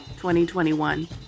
2021